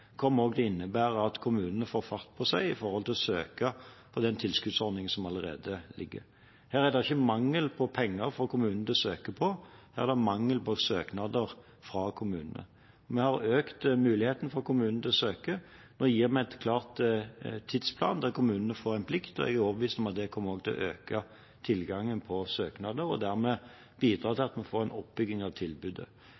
til å innebære at kommunene får fart på seg når det gjelder å søke på den tilskuddsordningen som allerede foreligger. Her er det ikke mangel på penger for kommunene å søke om, her er det mangel på søknader fra kommunene. Vi har økt muligheten for kommunene til å søke. Nå gir vi en klar tidsplan der kommunene får en plikt, og jeg er overbevist om at det også kommer til å øke tilgangen på søknader, og dermed bidra til at vi får en oppbygging av tilbudet.